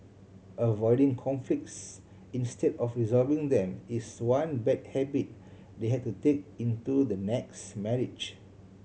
avoiding conflicts instead of resolving them is one bad habit they had to take into the next marriage